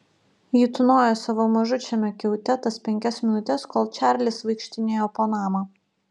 ji tūnojo savo mažučiame kiaute tas penkias minutes kol čarlis vaikštinėjo po namą